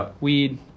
weed